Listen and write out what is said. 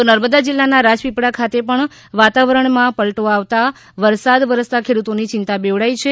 તો નર્મદા જિલ્લાનાં રાજપીપળા ખાતે પણ વાતાવરણમાં પલટો આવતાં વરસાદ વરસતાં ખેડૂતોની ચિંતા બેવડાઈ છે